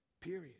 Period